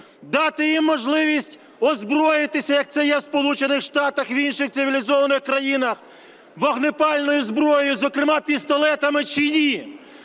дати їм можливість озброїтися, як це є в Сполучених Штатах, в інших цивілізованих країнах, вогнепальною зброєю, зокрема пістолетами чи ні.